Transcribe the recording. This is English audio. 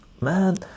Man